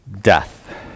death